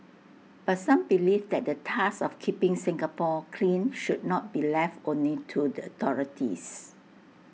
but some believe that the task of keeping Singapore clean should not be left only to the authorities